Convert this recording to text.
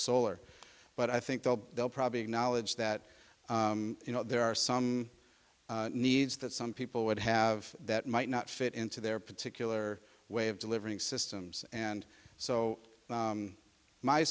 solar but i think they'll they'll probably acknowledge that there are some needs that some people would have that might not fit into their particular way of delivering systems and so